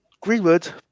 Greenwood